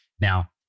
now